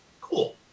cool